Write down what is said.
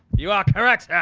you are correct, yeah